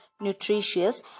nutritious